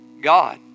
God